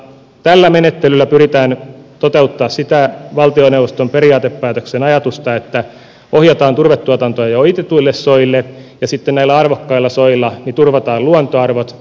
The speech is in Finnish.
tällä menettelyllä pyritään toteuttamaan sitä valtioneuvoston periaatepäätöksen ajatusta että ohjataan turvetuotantoa jo ojitetuille soille ja sitten näillä arvokkailla soilla turvataan luontoarvot